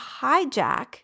hijack